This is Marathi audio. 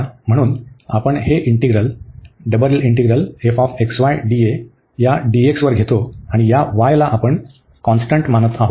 म्हणून आपण हे इंटीग्रल या वर घेतो आणि या y ला आपण कॉन्स्टंट मानत आहोत